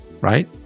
right